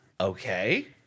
Okay